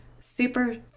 super